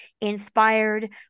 inspired